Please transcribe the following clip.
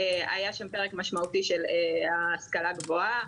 היה שם פרק משמעותי של ההשכלה הגבוהה,